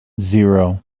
zero